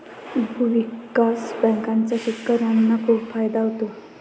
भूविकास बँकांचा शेतकर्यांना खूप फायदा होतो